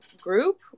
group